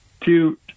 two